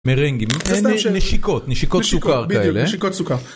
מרנגים נשיקות נשיקות, נשיקות, נשיקות סוכר כאלה, בדיוק נשיקות סוכר.